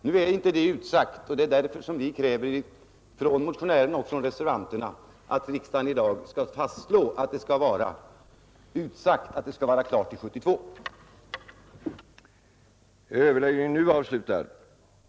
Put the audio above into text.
Nu är inte detta utsagt, och det är därför som vi motionärer och även reservanterna kräver att riksdagen i dag skall fastslå att det skall utsägas att förslaget skall vara klart till 1972.